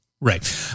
Right